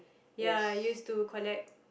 ya I used to collect